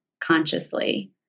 consciously